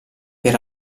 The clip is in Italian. per